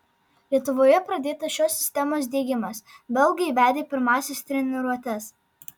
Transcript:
lietuvoje pradėtas šios sistemos diegimas belgai vedė pirmąsias treniruotes